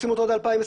רוצים אותו עד 2023,